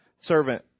servant